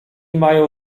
mają